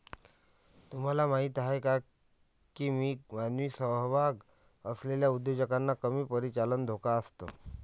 तुम्हाला माहीत आहे का की कमी मानवी सहभाग असलेल्या उद्योगांना कमी परिचालन धोका असतो?